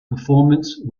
performance